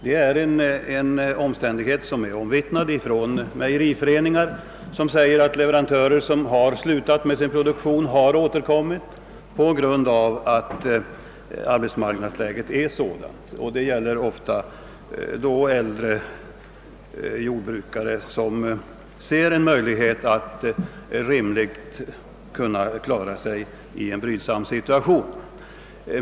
Det är en omständighet som är omivittnad från mejeriföreningar, att leverantörer, som har slutat med sin produktion, har återkommit på grund av arbetsmarknadsläget. Det gäller då ofta äldre jordbrukare som ser en möjlighet att rimligt kunna klara sig i en brydsam situation.